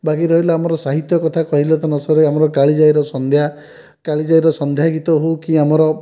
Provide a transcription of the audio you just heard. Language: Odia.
ବାକି ରହିଲା ଆମର ସାହିତ୍ୟ କଥା କହିଲେ ତ ନ ସରେ ଆମର କାଳିଜାଇର ସନ୍ଧ୍ୟା କାଳିଜାଇର ସନ୍ଧ୍ୟା ଗୀତ ହେଉ କି ଆମର